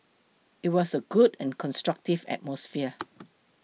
it was a good and constructive atmosphere